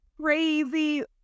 crazy